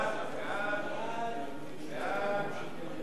החלטת ועדת הכספים בדבר צו מס ערך